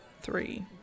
three